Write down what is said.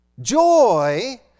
Joy